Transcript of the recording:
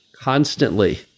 constantly